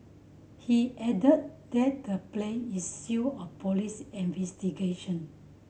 he added that the place is sealed of police investigation